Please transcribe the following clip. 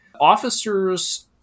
Officers